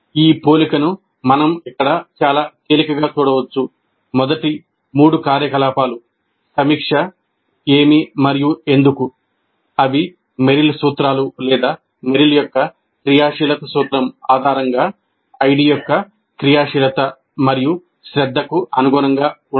ఈ పోలికను మనం ఇక్కడ చాలా తేలికగా చూడవచ్చు మొదటి మూడు కార్యకలాపాలు సమీక్ష ఏమి మరియు ఎందుకు అవి మెర్రిల్ సూత్రాలు లేదా మెర్రిల్ యొక్క క్రియాశీలత సూత్రం ఆధారంగా ID యొక్క క్రియాశీలత మరియు శ్రద్ధకు అనుగుణంగా ఉంటాయి